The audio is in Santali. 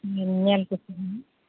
ᱧᱮᱞ ᱠᱟᱛᱮ ᱦᱟᱸᱜ